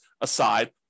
aside